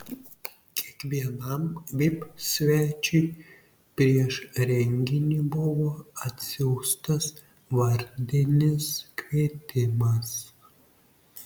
kiekvienam vip svečiui prieš renginį buvo atsiųstas vardinis kvietimas